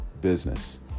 business